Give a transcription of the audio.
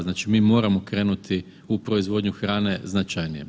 Znači mi moramo krenuti u proizvodnju hrane značajnije.